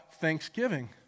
Thanksgiving